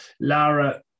Lara